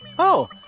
oh,